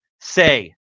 say